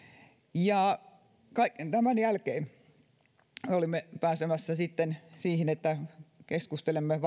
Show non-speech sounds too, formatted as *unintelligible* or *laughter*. ja tämän jälkeen olimme pääsemässä sitten siihen että keskustelemme *unintelligible*